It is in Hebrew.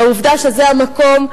לעובדה שזה המקום,